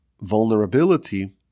vulnerability